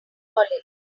holiday